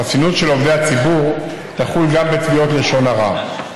חסינות של עובדי הציבור תחול גם בתביעות לשון הרע.